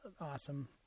awesome